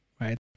right